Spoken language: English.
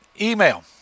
email